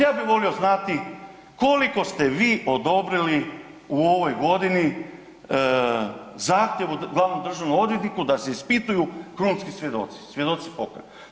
Ja bi volio znati koliko ste vi odobrili u ovoj godini zahtjeva glavnom državnom odvjetnika da se ispitaju krunski svjedoci, svjedoci pokajnici?